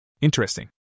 Interesting